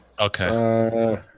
Okay